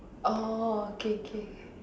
orh okay okay